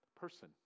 person